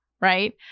right